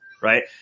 right